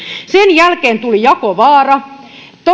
sen jälkeen tuli jakovaara